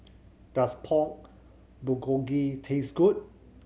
does Pork Bulgogi taste good